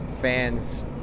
fans